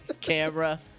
Camera